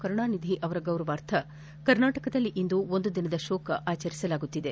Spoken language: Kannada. ಕರುಣಾನಿಧಿ ಅವರ ಗೌರವಾರ್ಥ ಕರ್ನಾಟಕದಲ್ಲಿ ಇಂದು ಒಂದು ದಿನದ ಶೋಕ ಆಚರಿಸಲಾಗುತ್ತಿದೆ